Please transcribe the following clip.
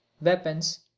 weapons